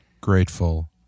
Grateful